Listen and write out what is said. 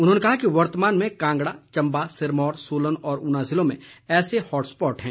उन्होंने कहा कि वर्तमान में कांगड़ा चम्बा सिरमौर सोलन और ऊना जिलों में ऐसे हॉट स्पॉट है